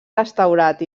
restaurat